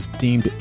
deemed